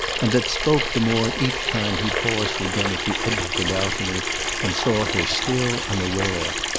and that spoke the more each time he paused again at the edge of the balcony and saw her still unaware.